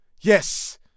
Yes